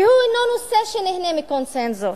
והוא אינו נושא שנהנה מקונסנזוס.